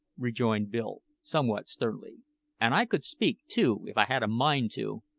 rejoined bill somewhat sternly and i could speak too if i had a mind to,